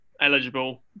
eligible